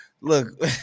look